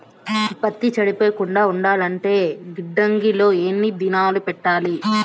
పత్తి చెడిపోకుండా ఉండాలంటే గిడ్డంగి లో ఎన్ని దినాలు పెట్టాలి?